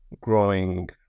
growing